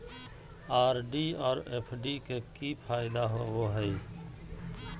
RD और FD के की फायदा होबो हइ?